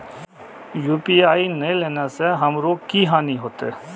UPI ने लेने से हमरो की हानि होते?